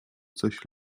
coś